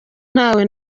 ntawe